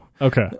Okay